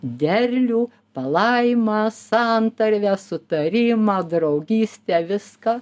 derlių palaima santarvę sutarimą draugystę viską